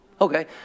okay